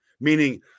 meaning